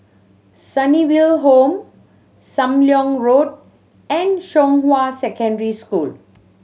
Sunnyville Home Sam Leong Road and Zhonghua Secondary School